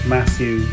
Matthew